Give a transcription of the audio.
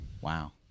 Wow